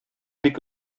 бик